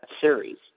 series